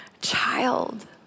child